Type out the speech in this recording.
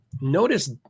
notice